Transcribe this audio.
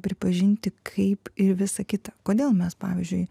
pripažinti kaip ir visa kita kodėl mes pavyzdžiui